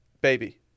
baby